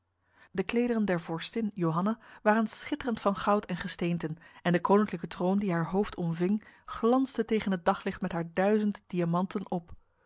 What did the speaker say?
de klederen der vorstin johanna waren schitterend van goud en gesteenten en de koninklijke kroon die haar hoofd omving glansde tegen het daglicht met haar duizend diamanten op